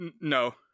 no